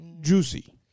Juicy